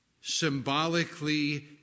symbolically